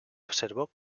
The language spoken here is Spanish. observó